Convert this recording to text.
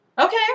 Okay